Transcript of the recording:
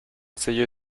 sello